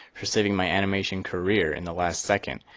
for saving my animation career in the last second,